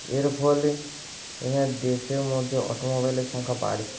এর ফলে দেশের মধ্যে অটোমোবাইলের সংখ্যা বাড়ছে